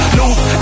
loose